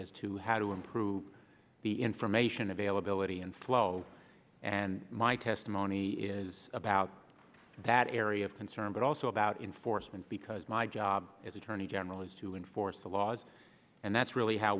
as to how to improve the information availability and flow and my testimony is about that area of concern but also about enforcement because my job as attorney general is to enforce the laws and that's really how